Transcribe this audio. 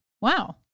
Wow